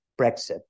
Brexit